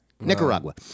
Nicaragua